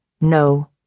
No